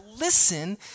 listen